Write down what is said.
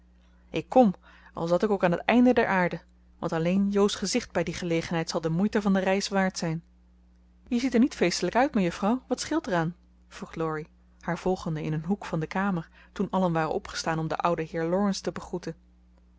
ik kom al zat ik ook aan het einde der aarde want alleen jo's gezicht bij die gelegenheid zal de moeite van de reis waard zijn je ziet er niet feestelijk uit mejuffrouw wat scheelt er aan vroeg laurie haar volgende in een hoek van de kamer toen allen waren opgestaan om den ouden heer laurence te begroeten